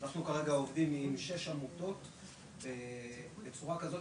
אנחנו כרגע עובדים עם שש עמותות בצורה כזאת